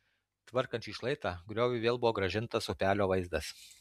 tvarkant šį šlaitą grioviui vėl buvo grąžintas upelio vaizdas